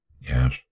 Yes